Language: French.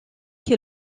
que